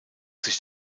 sich